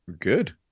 Good